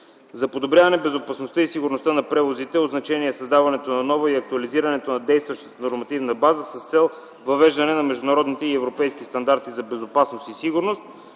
За подобряване безопасността на превозите е от значение създаването на нова и актуализирането на действащата нормативна база с цел въвеждане на международните и европейски стандарти за безопасност и сигурност.